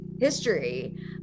history